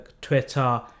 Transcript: Twitter